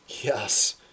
Yes